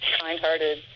kind-hearted